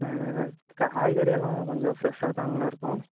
ஆ ஆ காய்கறியெல்லாம் கொஞ்சம் ஃரெஷ்ஷாக தானேங்கண்ணா இருக்கும்